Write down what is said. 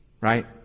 Right